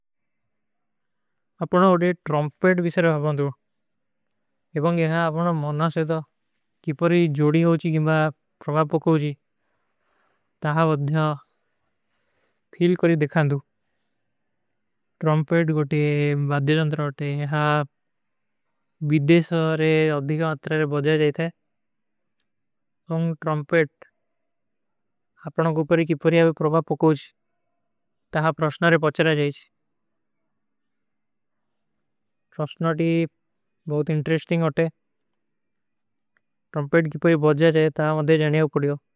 ଅପନା ଵୋଡେ ଟ୍ରମ୍ପେଟ ଵିଶର ହୈ ଭାଵନ୍ଦୁ। ଏବଂଗ ଯହାଁ ଆପନା ମନନା ସେଥା, କିପରୀ ଜୋଡୀ ହୋଚୀ ଗିମ୍ବା ପ୍ରଵାପୋଖୋଚୀ। ତାହା ଵଦ୍ଧା ଫିଲ କରୀ ଦେଖାନଦୁ। ଟ୍ରମ୍ପେଟ ଗୋଟୀ ବାଦ୍ଧା ଜଂତର ହୋତେ ହାଁ, ବିଦେଶ ଔର ଅଧିକା ଅତ୍ରାରେ ବଜଜା ଜାଯତା ହୈ। ସଂଗ ଟ୍ରମ୍ପେଟ, ଅପନା କୁପରୀ କିପରୀ ଆବ ପ୍ରଵାପୋଖୋଚୀ। ତାହା ପ୍ରଵଶନାରେ ପଚ୍ଚରା ଜାଯୀଚ। ସଂଗ ଟ୍ରମ୍ପେଟ ଗୋଟୀ ବାଦ୍ଧା ଜଂତର ହୋତେ ହାଁ, ବିଦେଶ ଔର ଅଧିକା ଅତ୍ରାରେ ବଜଜା ଜାଯତା ହୈ।